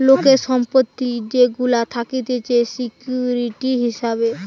লোকের সম্পত্তি যেগুলা থাকতিছে সিকিউরিটি হিসাবে